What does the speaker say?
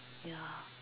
ya